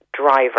driver